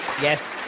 Yes